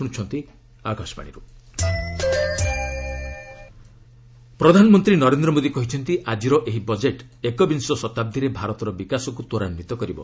PM budget ପ୍ରଧାନମନ୍ତ୍ରୀ ନରେନ୍ଦ୍ର ମୋଦୀ କହିଛନ୍ତି ଆଜିର ଏହି ବଜେଟ୍ ଏକ ବିଂଶ ଶତାବ୍ଦୀରେ ଭାରତର ବିକାଶକୁ ତ୍ୱରାନ୍ୱିତ କରିବ